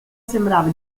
sembrava